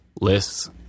lists